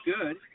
good